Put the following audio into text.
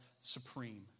supreme